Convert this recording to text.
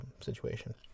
situation